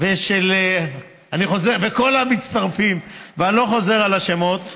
ושל כל המצטרפים, ואני לא חוזר על השמות,